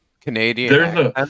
Canadian